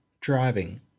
driving